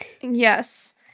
Yes